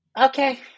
okay